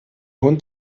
hund